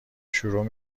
شروع